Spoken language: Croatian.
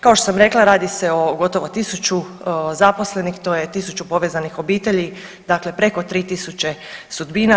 Kao što sam rekla radi se o gotovo 1.000 zaposlenih, to je 1.000 povezanih obitelji, dakle preko 3.000 sudbina.